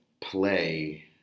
play